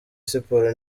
siporo